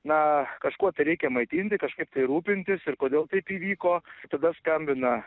na kažkuo tai reikia maitinti kažkaip tai rūpintis ir kodėl taip įvyko tada skambina